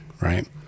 right